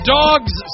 dogs